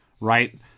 right